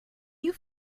you